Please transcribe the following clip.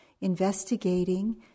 Investigating